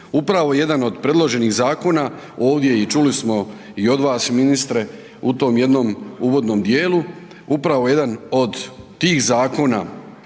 Upravo jedan od predloženih zakona, ovdje i čuli smo i od vas ministre, u tom jednom uvodnom dijelu, upravo jedan od tih zakona,